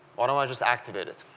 why don't i just activate it.